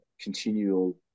continual